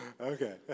Okay